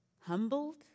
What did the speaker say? humbled